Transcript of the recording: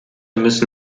müssen